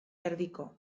erdiko